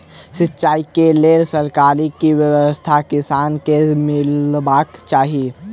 सिंचाई केँ लेल सरकारी की व्यवस्था किसान केँ मीलबाक चाहि?